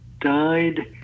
died